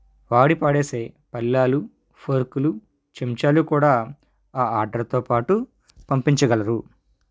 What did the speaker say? వాడి పాడేసే పళ్ళాలు ఫోర్క్లు చెంచాలు కూడా ఆ ఆర్డర్తో పాటు పంపించగలరు